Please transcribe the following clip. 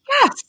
Yes